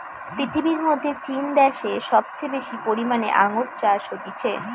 পৃথিবীর মধ্যে চীন দ্যাশে সবচেয়ে বেশি পরিমানে আঙ্গুর চাষ হতিছে